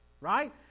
right